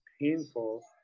painful